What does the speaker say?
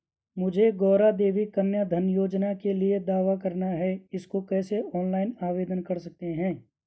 मुझे गौरा देवी कन्या धन योजना के लिए दावा करना है इसको कैसे ऑनलाइन आवेदन कर सकते हैं?